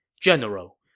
General